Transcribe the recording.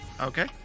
Okay